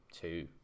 two